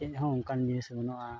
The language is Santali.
ᱪᱮᱫ ᱦᱚᱸ ᱚᱱᱠᱟᱱ ᱡᱤᱱᱤᱥ ᱵᱟᱹᱱᱩᱜᱼᱟ